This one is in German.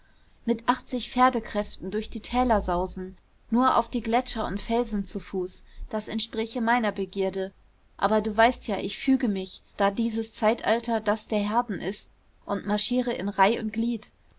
mit achtzig pferdekräften durch die täler sausen nur auf die gletscher und felsen zu fuß das entspräche meiner begierde aber du weißt ja ich füge mich da dieses zeitalter das der herden ist und marschiere in reih und glied